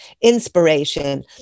inspiration